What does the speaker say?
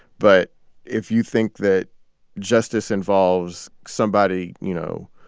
but if you think that justice involves somebody, you know,